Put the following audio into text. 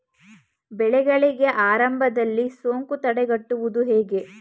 ಬೆಳೆಗಳಿಗೆ ಆರಂಭದಲ್ಲಿ ಸೋಂಕು ತಡೆಗಟ್ಟುವುದು ಹೇಗೆ?